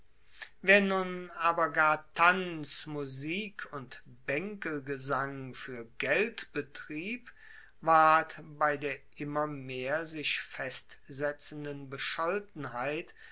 wer nun aber gar tanz musik und baenkelgesang fuer geld betrieb ward bei der immer mehr sich festsetzenden bescholtenheit